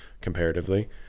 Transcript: comparatively